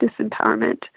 disempowerment